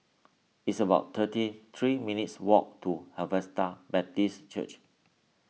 it's about thirty three minutes' walk to Harvester Baptist Church